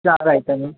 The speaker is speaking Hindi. चार आइटम है